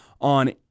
on